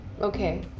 Okay